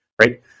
right